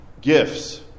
gifts